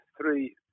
three